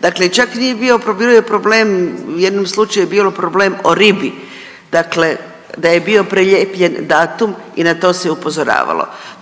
Dakle, čak nije bio, bio je problem u jednom slučaj je bilo problem o ribi, dakle da je bio prelijepljen datum i na to se upozoravalo.